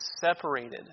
separated